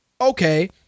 Okay